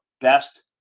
best